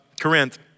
Corinth